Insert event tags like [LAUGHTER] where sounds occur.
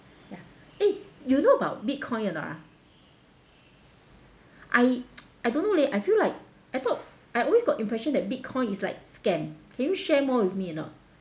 ya eh you know about bitcoin or not ah I [NOISE] I don't know leh I feel like I thought I always got impression that bitcoin is like scam can you share more with me or not